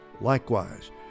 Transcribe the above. Likewise